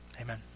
Amen